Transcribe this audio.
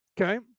Okay